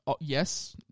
Yes